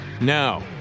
Now